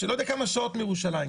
שלא יודע כמה שעות מירושלים.